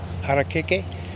harakeke